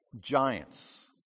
giants